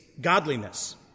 godliness